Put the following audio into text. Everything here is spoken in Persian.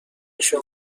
شما